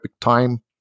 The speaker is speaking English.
time